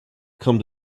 come